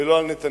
ולא על נתניהו.